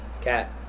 Cat